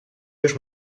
już